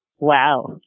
wow